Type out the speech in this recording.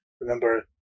remember